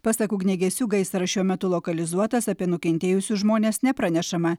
pasak ugniagesių gaisras šiuo metu lokalizuotas apie nukentėjusius žmones nepranešama